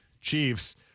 Chiefs